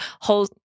whole